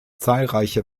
zahlreiche